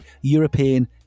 European